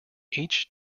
each